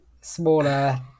smaller